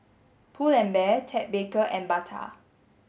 Pull and Bear Ted Baker and Bata